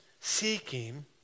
seeking